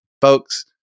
folks